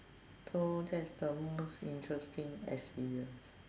so that's the most interesting experience